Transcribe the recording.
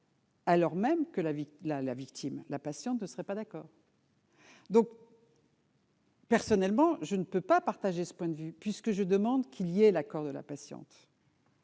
la vie, la, la victime, la patiente ne seraient pas d'accord. Donc. Personnellement, je ne peux pas partager ce point de vue puisque je demande qu'il y a l'accord de la patiente.